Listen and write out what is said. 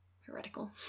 heretical